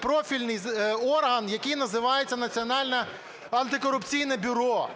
профільний орган, який називається "Національне антикорупційне бюро".